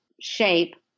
shape